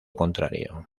contrario